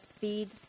feed